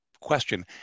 question